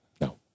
No